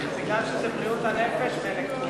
בגלל שזה בריאות הנפש אלקטרוני.